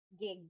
gig